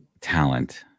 talent